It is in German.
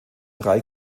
drei